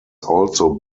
also